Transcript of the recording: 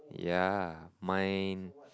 yeah mine